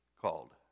called